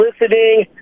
listening